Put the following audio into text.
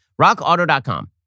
rockauto.com